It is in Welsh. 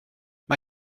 mae